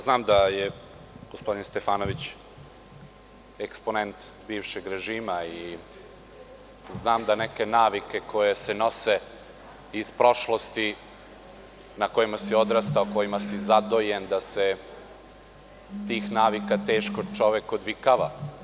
Znam da je gospodin Stefanović eksponent bivšeg režima i znam da neke navike koje se nose iz prošlosti, na kojima si odrastao, kojima si zadojen, da se tih navika teško čovek odvikava.